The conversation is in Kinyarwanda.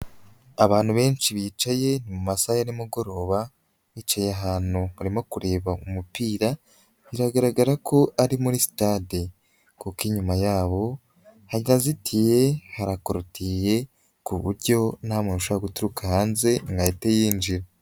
Abantu benshi bicaye mu masaha ya nimugoroba bicaye ahantu barimo kureba umupira, biragaragara ko ari muri sitade, kuko inyuma yabo harazitiye, harakorutiriye ku buryo nta muntu ushobora guturuka hanze ngo ahite yinjira.